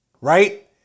right